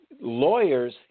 Lawyers